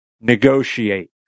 negotiate